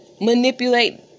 manipulate